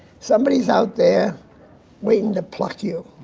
somebody's out there waiting to pluck you.